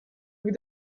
vous